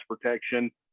protection